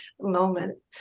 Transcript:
moment